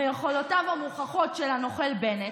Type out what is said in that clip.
מיכולותיו המוכחות של הנוכל בנט,